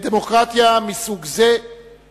ישראל אינה רק דמוקרטיה במובן הפורמלי.